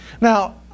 Now